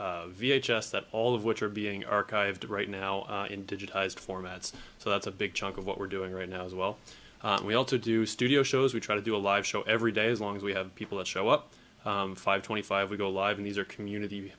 s that all of which are being archived right now in digitized formats so that's a big chunk of what we're doing right now as well we all to do studio shows we try to do a live show every day as long as we have people that show up five twenty five we go live in these are community